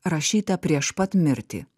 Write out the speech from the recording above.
rašytą prieš pat mirtį